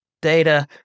data